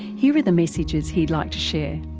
here are the messages he'd like share.